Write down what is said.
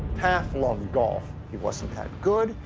taft loved golf. he wasn't that good.